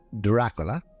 Dracula